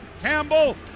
Campbell